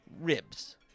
Ribs